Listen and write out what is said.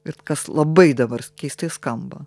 ir kas labai dabar keistai skamba